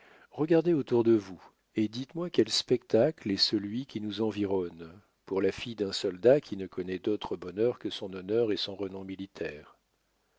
regardez autour de vous et dites-moi quel spectacle est celui qui nous environne pour la fille d'un soldat qui ne connaît d'autre bonheur que son honneur et son renom militaire